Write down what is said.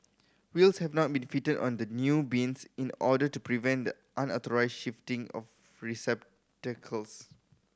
wheels have not been fitted on the new bins in order to prevent the unauthorised shifting of receptacles